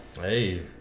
hey